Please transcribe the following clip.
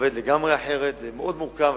עובד לגמרי אחרת, זה מאוד מורכב.